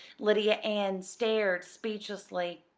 lydia ann stared speechlessly.